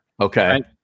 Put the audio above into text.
Okay